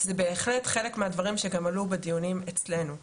הם בהחלט חלק מהדברים שגם עלו בדיונים אצלנו,